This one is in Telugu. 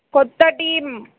కొత్త టీం